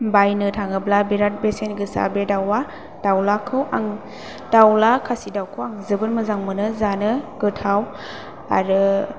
बायनो थाङोब्ला बिरात बेसेन गोसा बे दावा दावलाखौ आं दावला खासि दावखौ आं जोबोद मोजां मोनो जानो गोथाव आरो